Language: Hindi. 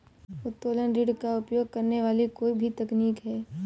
उत्तोलन ऋण का उपयोग करने वाली कोई भी तकनीक है